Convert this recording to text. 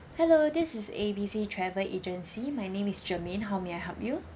hello this is A B C travel agency my name is germaine how may I help you